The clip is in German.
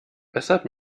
weshalb